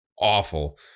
awful